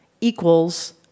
equals